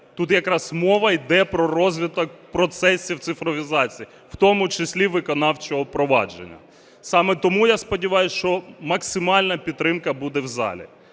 Тут якраз мова йде про розвиток процесів цифровізації, в тому числі виконавчого провадження. Саме тому, я сподіваюсь, що максимальна підтримка буде в залі.